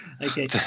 Okay